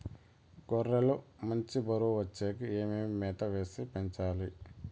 గొర్రె లు మంచి బరువు వచ్చేకి ఏమేమి మేత వేసి పెంచాలి?